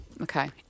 Okay